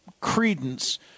credence